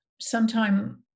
sometime